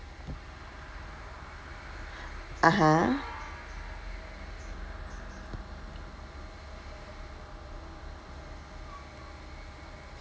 (uh huh)